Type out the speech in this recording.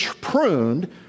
pruned